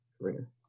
career